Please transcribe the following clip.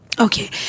Okay